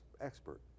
expert